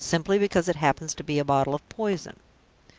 simply because it happens to be a bottle of poison?